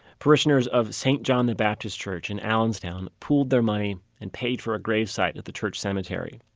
parishioners of st. jean the baptiste church in allenstown pooled their money and paid for a gravesite at the church cemetery.